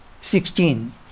sixteen